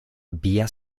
vía